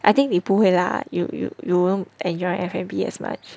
I think 你不会 lah you you you won't enjoy F&B as much